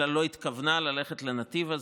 בכלל לא התכוונה ללכת לנתיב הזה.